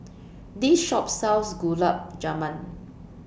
This Shop sells Gulab Jamun